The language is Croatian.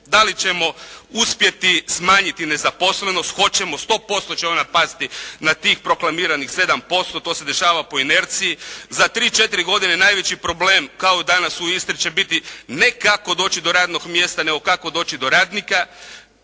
Da li ćemo uspjeti smanjiti nezaposlenost? Hoćemo, 100% će ona pasti na tih proklamiranih 7%, to se dešava po inerciji. Za 3, 4 godine najveći problem kao danas u Istri će biti ne kako doći do radnog mjesta nego kako doći do radnika?